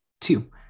Two